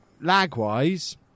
lag-wise